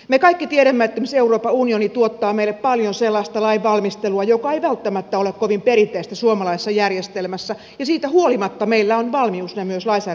me kaikki tiedämme että esimerkiksi euroopan unioni tuottaa meille paljon sellaista lainvalmistelua joka ei välttämättä ole kovin perinteistä suomalaisessa järjestelmässä ja siitä huolimatta meillä on valmius ne myös lainsäädäntöömme ottaa